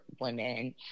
women